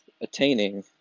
attaining